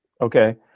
Okay